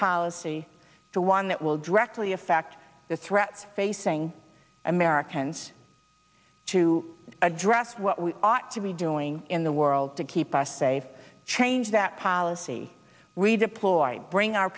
policy to one that will drastically affect the threats facing americans to address what we ought to be doing in the world to keep us safe change that policy redeploy bring our